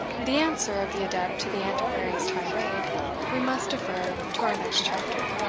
the answer of the adept to the antiquary's tirade we must defer to our next chapter.